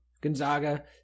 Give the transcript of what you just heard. Gonzaga